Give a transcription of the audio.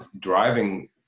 driving